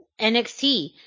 NXT